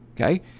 okay